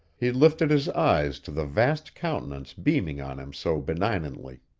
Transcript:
he lifted his eyes to the vast countenance beaming on him so benignantly.